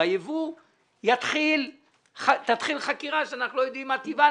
ביבוא תתחיל חקירה שאנחנו לא יודעים מה טיבה.